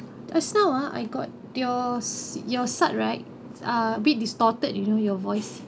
just now ah I got your your side right uh a bit distorted you know your voice